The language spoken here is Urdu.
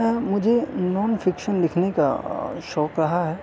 ہاں مجھے نان فنکشن لکھنے کا شوق رہا ہے